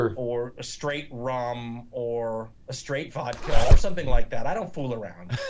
or a straight rum, or a straight vodka, or something like that. i don't fool around.